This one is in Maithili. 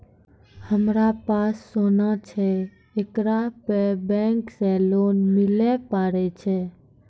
हमारा पास सोना छै येकरा पे बैंक से लोन मिले पारे छै?